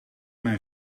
mijn